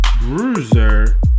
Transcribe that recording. bruiser